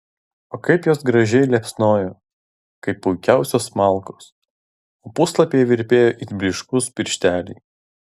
o kaip jos gražiai liepsnojo kaip puikiausios malkos o puslapiai virpėjo it blyškūs piršteliai